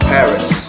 Paris